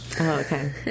okay